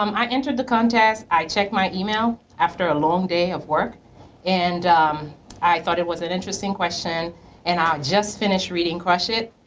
um i entered the contest, i checked my email after a long day of work and um i thought it was an interesting question and i'd just finish reading crush it!